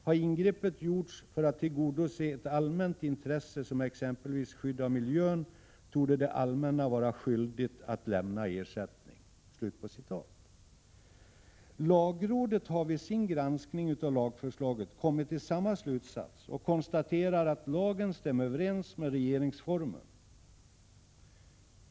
Har ingreppet gjorts för att tillgodose ett allmänt intresse som exempelvis skydd av miljön torde det allmänna vara skyldigt att lämna ersättning.” Lagrådet har vid sin granskning av lagförslaget kommit till samma slutsats och konstaterar att lagen stämmer överens med regeringsformen.